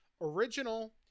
original